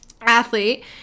athlete